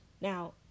Now